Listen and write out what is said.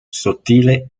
sottile